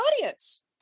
audience